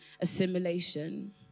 assimilation